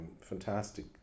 fantastic